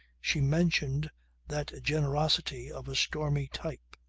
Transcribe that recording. she mentioned that generosity of a stormy type,